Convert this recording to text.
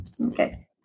Okay